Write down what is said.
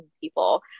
people